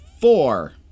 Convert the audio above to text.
four